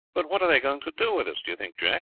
but what are they going to do with us, do you think, jack?